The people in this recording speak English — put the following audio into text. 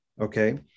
okay